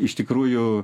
iš tikrųjų